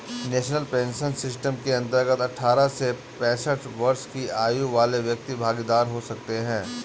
national pension system के अंतर्गत अठारह से पैंसठ वर्ष की आयु वाले व्यक्ति भागीदार हो सकते हैं